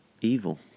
evil